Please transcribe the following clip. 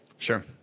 Sure